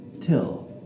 till